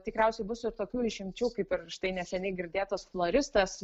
tikriausiai bus ir tokių išimčių kaip ir štai neseniai girdėtos floristės